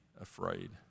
afraid